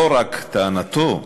לא הייתה זו טענתו היחידה,